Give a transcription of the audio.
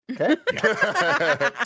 Okay